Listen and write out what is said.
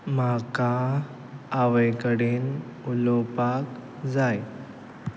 म्हाका आवय कडेन उलोवपाक जाय